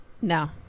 No